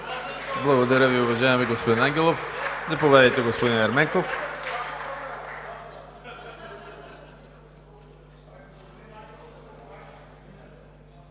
Благодаря Ви, уважаеми господин Ангелов. Заповядайте, господин Ерменков.